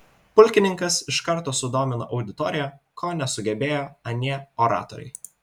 pulkininkas iš karto sudomino auditoriją ko nesugebėjo anie oratoriai